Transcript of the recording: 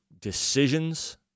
decisions